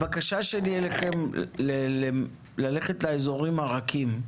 הבקשה שלי אליכם היא ללכת לאזורים הרכים: